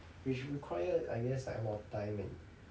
which require I guess like a lot of time and